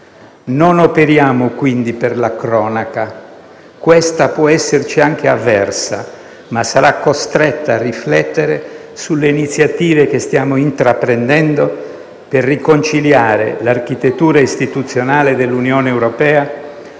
Non operiamo quindi per la cronaca, questa può esserci anche avversa, ma sarà costretta a riflettere sulle iniziative che stiamo intraprendendo per riconciliare l'architettura istituzionale dell'Unione europea